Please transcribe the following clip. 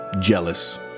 Jealous